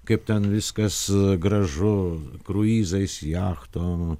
kaip ten viskas gražu kruizais jachtom